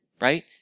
Right